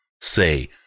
say